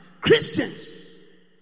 Christians